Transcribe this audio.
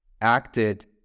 acted